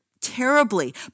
terribly